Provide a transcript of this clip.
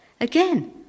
Again